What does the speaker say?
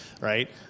right